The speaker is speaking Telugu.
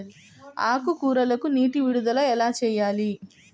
ఆకుకూరలకు నీటి విడుదల ఎలా చేయాలి?